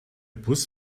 bus